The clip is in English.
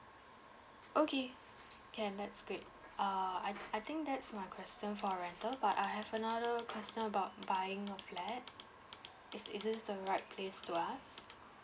okay can that's great err I I think that's my question for rental but I have another question about buying a flat is is this the right place to ask